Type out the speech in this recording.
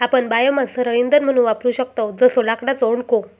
आपण बायोमास सरळ इंधन म्हणून वापरू शकतव जसो लाकडाचो ओंडको